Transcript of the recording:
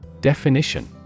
Definition